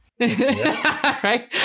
Right